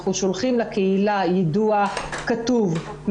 אנחנו שולחים לקהילה יידוע כתוב,